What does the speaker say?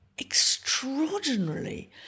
extraordinarily